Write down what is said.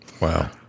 Wow